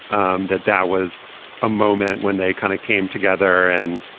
um that that was a moment when they kind of came together and,